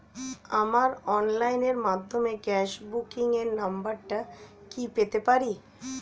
আমার অনলাইনের মাধ্যমে গ্যাস বুকিং এর নাম্বারটা কি পেতে পারি?